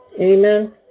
Amen